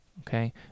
Okay